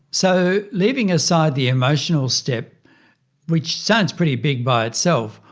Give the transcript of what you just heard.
so leaving aside the emotional step which sounds pretty big by itself,